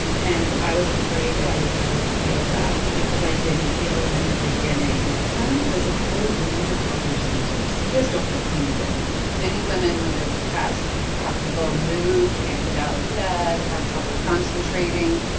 and i was afraid that i would never feel that because i didn't feel it in the beginning and there's a whole range of other symptoms. here's dr. payne again many women when they're depressed have low mood, can't get out of bed, have trouble concentrating,